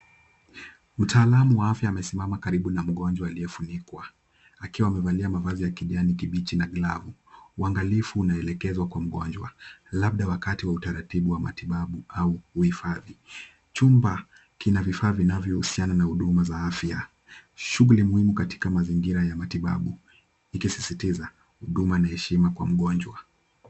Mtaalamu wa afya amesimama karibu na mgonjwa aliyefunikwa, akiwa amevalia mavazi ya kijani kibichi na glavu. Uangalifu unaelekezwa kwa mgonjwa, labda watika wa utaratibu wa matibabu au uhifadhi. Chumba kina vifaa vinavyohusiana na huduma ya afya, shughuli muhimu katika mazingira ya matibabu, iki sisitiza huduma na heshima kwa mgonjwa.